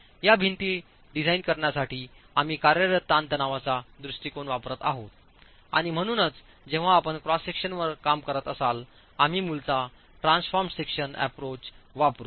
या भिंती डिझाइन करण्यासाठी आम्ही कार्यरत ताणतणावाचा दृष्टीकोन वापरत आहोत आणि म्हणूनच जेव्हा आपण क्रॉस सेक्शनवर काम करत असाल आम्ही मूलत ट्रान्सफॉर्म्ड सेक्शन अॅप्रोच वापरु